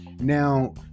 now